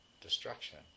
destruction